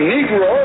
Negro